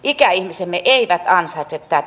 ikäihmisemme eivät ansaitse tätä